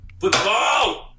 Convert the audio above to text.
Football